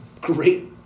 great